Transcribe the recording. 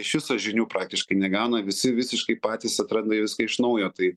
iš viso žinių praktiškai negauna visi visiškai patys atranda viską iš naujo tai